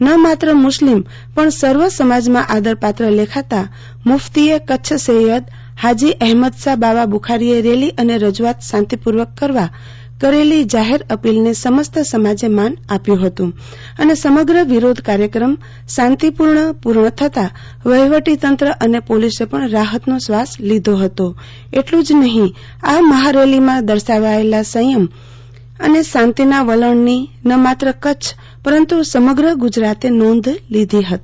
ન માત્ર મુસ્લિમ પણ સર્વ સમાજમાં આદરપાત્ર લેખાતા મુફતી એ કચ્છ સૈથદ હાજી અહેમદશા બાવા બુખારીએ રેલી અને રજૂઆત શાંતિપૂર્વક કરવા કરેલી જાહેર અપીલને સમસ્ત સમાજે માન આપ્યું હતું અને સમગ્ર વિરોધ કાર્યક્રમ શાંતિપૂર્વક પૂર્ણ થતાં વહીવટીતંત્ર અને પોલીસે પણ રાહતનો શ્વાસ લીધો હતો એટલું જ નહીં આ મહારેલીમાં દર્શાવાયેલા સંથમ અને શાંતિના વલણની ન માત્ર કચ્છ પરંતુ સમગ્ર ગુજરાતે નોંધ લીધી હતી